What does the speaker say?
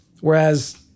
Whereas